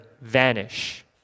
vanish